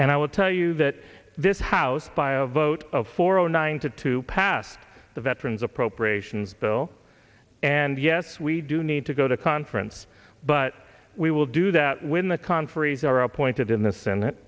and i would tell you that this house by a vote of four zero nine to to pass the veterans appropriations bill and yes we do need to go to conference but we will do that when the conferees are appointed in the senate